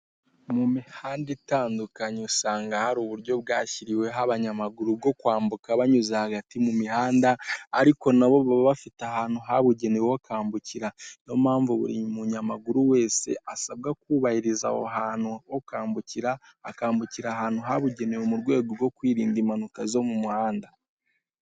Mu mihanda itandukanye usanga hari uburyo bashyiriho abanyamaguru bwo kwambuka banyuze hagati mu muhanda ariko nabo baba bafite ahantu habugenewe ho kwambukira. Niyo mpamvu buri munyamaguru wese asabwa kubahiriza aho hantu ho kwambukira, akambukira ahantu habugenewe mu rwego rwo kwirinda impanuka zo mu muhanda.